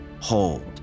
Hold